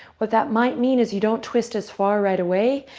what that might mean is you don't twist as far right away,